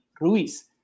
Ruiz